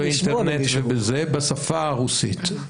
ובאינטרנט בשפה הרוסית.